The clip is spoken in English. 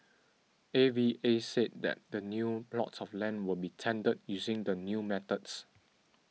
A V A said the new plots of land will be tendered using the new methods